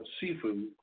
Seafood